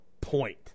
point